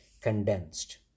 condensed